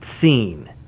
scene